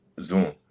zoom